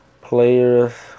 players